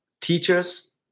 teachers